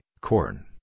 corn